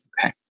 Okay